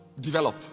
develop